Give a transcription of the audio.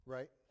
Right